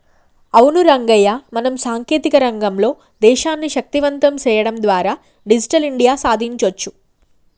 అవును రంగయ్య మనం సాంకేతిక రంగంలో దేశాన్ని శక్తివంతం సేయడం ద్వారా డిజిటల్ ఇండియా సాదించొచ్చు